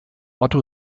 otto